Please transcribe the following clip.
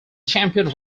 champion